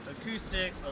acoustic